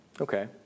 okay